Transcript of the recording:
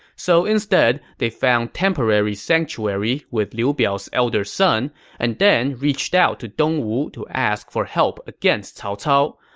so instead, they found temporary sanctuary with liu biao's elder son and then reached out to dongwu to ask for help against cao cao.